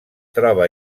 troba